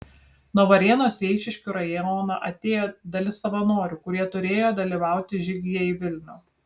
nuo varėnos į eišiškių rajoną atėjo dalis savanorių kurie turėjo dalyvauti žygyje į vilnių